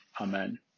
Amen